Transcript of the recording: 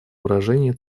выражения